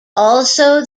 also